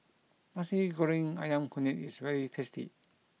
Nasi Goreng Ayam Kunyit is very tasty